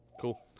Cool